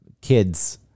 kids